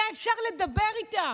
היה אפשר לדבר איתה,